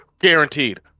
guaranteed